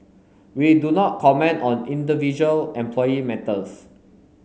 we do not comment on individual employee matters